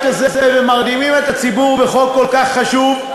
הזה ומרדימים את הציבור בחוק כל כך חשוב,